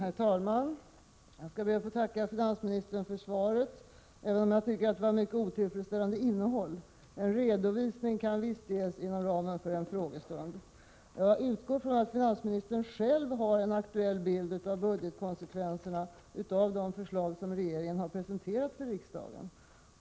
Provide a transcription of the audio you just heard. Herr talman! Jag skall be att få tacka finansministern för svaret, även om jag tycker att innehållet var mycket otillfredsställande. En redovisning kan visst ges inom ramen för en frågestund. Jag utgår ifrån att finansministern själv har en aktuell bild av budgetkonsekvenserna av de förslag som regeringen har presenterat för riksdagen.